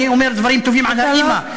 אני אומר דברים טובים על האימא,